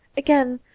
again,